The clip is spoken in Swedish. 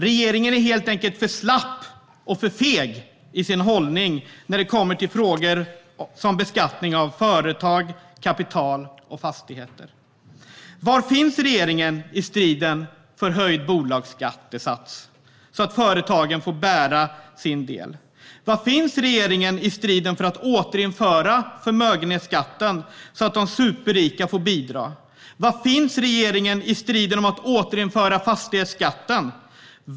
Regeringen är helt enkelt för slapp och för feg i sin hållning när det kommer till frågor som beskattning av företag, kapital och fastigheter. Var finns regeringen i striden för höjd bolagsskattesats så att företagen får bära sin del? Var finns regeringen i striden för att återinföra förmögenhetsskatten så att de superrika får bidra? Var finns regeringen i striden för att återinföra fastighetsskatten?